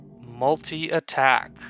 multi-attack